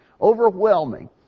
overwhelming